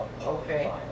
Okay